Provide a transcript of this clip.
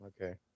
Okay